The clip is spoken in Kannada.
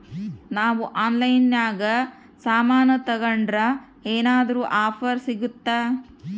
ನಾವು ಆನ್ಲೈನಿನಾಗ ಸಾಮಾನು ತಗಂಡ್ರ ಏನಾದ್ರೂ ಆಫರ್ ಸಿಗುತ್ತಾ?